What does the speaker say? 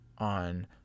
On